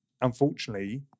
unfortunately